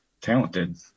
talented